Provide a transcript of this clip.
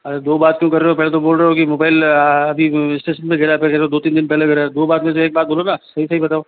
अरे दो बात क्यों कर रहे हो पहले तो बोल रहे हो कि मोबाइल अभी स्टेशन पर गिरा था फिर कह रहे हो दो तीन दिन पहले गिरा दो बात में से एक बात बोलो ना सही सही बताओ